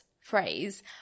phrase